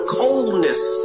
coldness